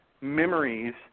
memories